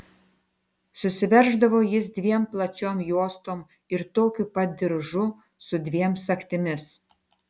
susiverždavo jis dviem plačiom juostom ir tokiu pat diržu su dviem sagtimis